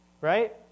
Right